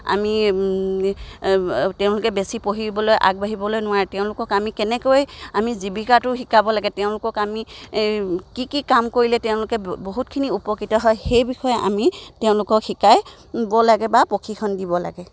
আমি তেওঁলোকে বেছি পঢ়িবলৈ আগবাঢ়িবলৈ নোৱাৰে তেওঁলোকক আমি কেনেকৈ আমি জীৱিকাটো শিকাব লাগে তেওঁলোকক আমি কি কি কাম কৰিলে তেওঁলোকে বহুতখিনি উপকৃত হয় সেই বিষয়ে আমি তেওঁলোকক শিকাব লাগে বা প্ৰশিক্ষণ দিব লাগে